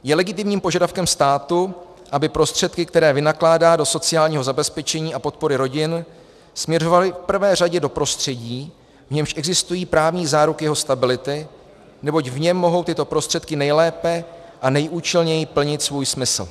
Je legitimním požadavkem státu, aby prostředky, které vynakládá do sociálního zabezpečení a podpory rodin, směřovaly v prvé řadě do prostředí, v němž existují právní záruky jeho stability, neboť v něm mohou tyto prostředky nejlépe a nejúčelněji plnit svůj smysl.